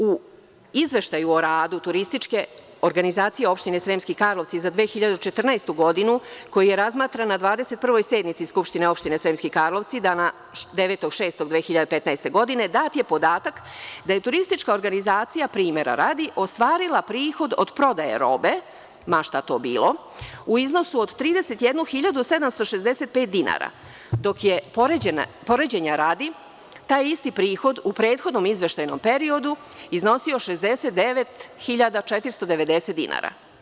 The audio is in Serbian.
U izveštaju o radu Turističke organizacije opštine Sremski Karlovci za 2014. godinu, koji je razmatran na 21. sadnici SO Sremski Karlovci, dana 9.6.2015. godine, dat je podatak da je Turistička organizacija, primera radi, ostvarila prihod od prodaje robe, ma šta to bilo, u iznosu od 31.765 dinara, dok je, poređenja radi, taj isti prihod u prethodnom izveštajnom periodu, iznosio 69.490 dinara.